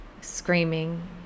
screaming